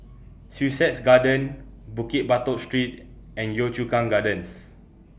Sussex Garden Bukit Batok Street and Yio Chu Kang Gardens